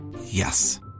Yes